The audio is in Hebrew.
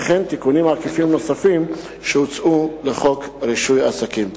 וכן תיקונים עקיפים נוספים שהוצעו לחוק רישוי עסקים.